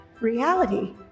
reality